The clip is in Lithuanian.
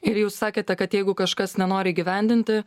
ir jūs sakėte kad jeigu kažkas nenori įgyvendinti